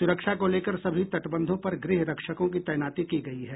सुरक्षा को लेकर सभी तटबंधों पर गृहरक्षकों की तैनाती की गई है